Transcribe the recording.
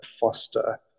foster